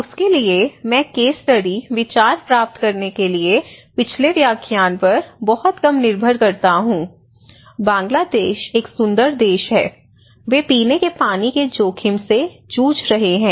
उसके लिए मैं केस स्टडी विचार प्राप्त करने के लिए पिछले व्याख्यान पर बहुत कम निर्भर करता हूं बांग्लादेश एक सुंदर देश है वे पीने के पानी के जोखिम से जूझ रहे हैं